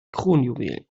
kronjuwelen